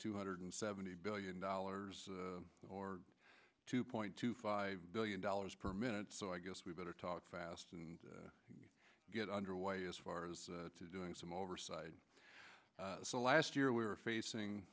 two hundred seventy billion dollars or two point two five billion dollars per minute so i guess we better talk fast and get underway as far as to doing some oversight so last year we were facing